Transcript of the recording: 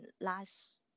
last